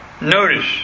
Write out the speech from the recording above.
Notice